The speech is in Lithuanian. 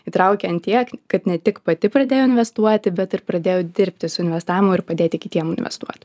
įtraukė ant tiek kad ne tik pati pradėjau investuoti bet ir pradėjau dirbti su investavimu ir padėti kitiem investuot